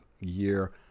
year